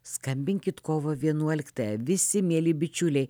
skambinkit kovo vienuoliktąją visi mieli bičiuliai